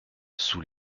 sous